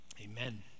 Amen